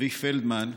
וצבי פלדמן,